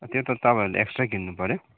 त्यो त तपाईँहरूले एक्स्ट्रा किन्नु पऱ्यो